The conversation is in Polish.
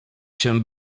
się